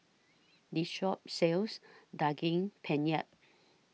This Shop sells Daging Penyet